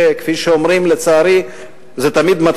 כפי שאומרים לצערי,